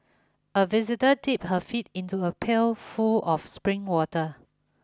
a visitor dip her feet into a pail full of spring water